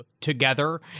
together